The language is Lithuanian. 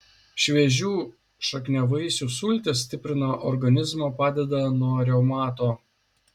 šviežių šakniavaisių sultys stiprina organizmą padeda nuo reumato